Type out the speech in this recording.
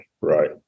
right